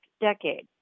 decade